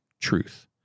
truth